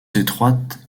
étroites